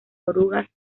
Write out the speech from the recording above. orugas